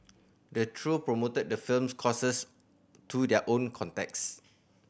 the trio promoted the firm's courses to their own contacts